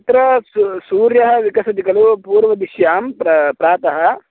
यत्र सू सूर्यः विकसति खलु पूर्वदिश्यां प्रातः